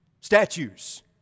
statues